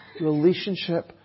relationship